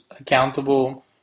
accountable